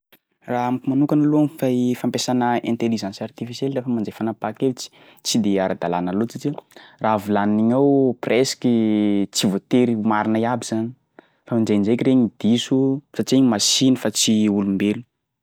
Raha amiko manokana aloha ny fahi- fampiasana intelligence artificielle lafa mandray fanapahan-kevitry, tsy de ara-dalÃ na loatry satria raha volanin'igny ao presque tsy voatery ho marina iaby zany fa ndraindraiky regny diso satria igny machiny fa tsy olombelo.